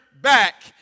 back